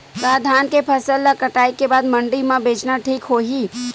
का धान के फसल ल कटाई के बाद मंडी म बेचना ठीक होही?